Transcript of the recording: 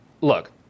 look